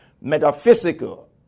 metaphysical